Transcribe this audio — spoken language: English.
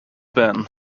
ben